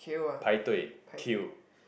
排队 queue